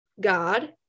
God